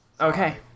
Okay